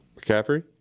McCaffrey